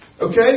Okay